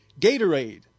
Gatorade